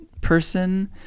person